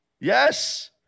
Yes